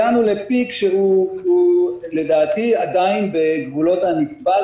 גם הגענו לפיק שהוא לדעתי עדיין בגבולות הנסבל,